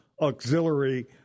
auxiliary